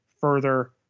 further